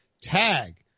tag